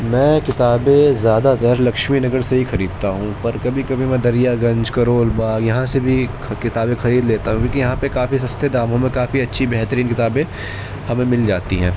میں کتابیں زیادہ تر لکشمی نگر سے ہی خریدتا ہوں پر کبھی کبھی میں دریا گنج کرول باغ یہاں سے بھی کتابیں خرید لیتا ہوں کیونکہ یہاں پہ کافی سستے داموں میں کافی اچھی بہترین کتابیں ہمیں مل جاتی ہیں